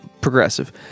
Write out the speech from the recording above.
progressive